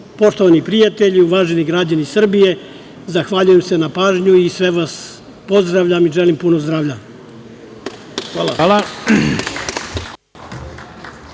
Srbije. Poštovani prijatelji, uvaženi građani Srbije, zahvaljujem se na pažnji. Sve vas puno pozdravljam i želim puno zdravlja. Hvala.